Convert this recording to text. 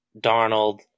Darnold